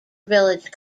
village